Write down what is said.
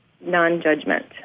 non-judgment